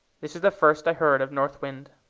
this was the first i heard of north wind.